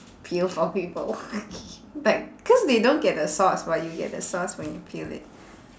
peel for people like cause they don't get the sauce but you get the sauce when you peel it